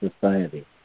Society